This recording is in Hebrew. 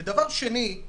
דבר שני,